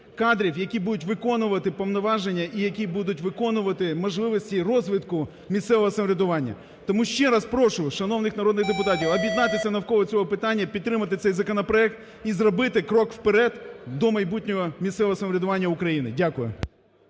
які будуть виконувати повноваження і які будуть виконувати можливості розвитку місцевого самоврядування. Тому ще раз прошу шановних народних депутатів, об'єднатися навколо цього питання, підтримати цей законопроект і зробити крок вперед до майбутнього місцевого самоврядування України. Дякую.